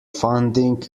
funding